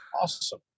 Awesome